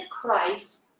Christ